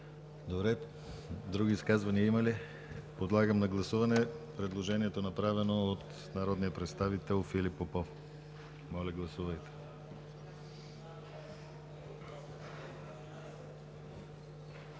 Други изказвания има ли? Няма. Подлагам на гласуване предложението, направено от народния представител Филип Попов. Моля, гласувайте.